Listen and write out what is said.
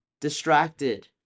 distracted